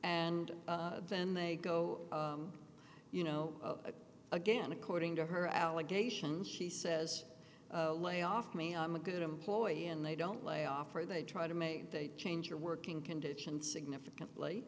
and then they go you know again according to her allegations she says lay off me i'm a good employee and they don't lay off or they try to make a change are working conditions significantly